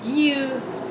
youth